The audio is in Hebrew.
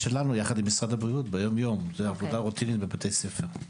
משרד הבריאות ביום יום, עבודה רוטינית בבתי ספר.